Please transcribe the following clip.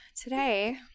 today